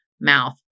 mouth